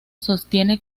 sostiene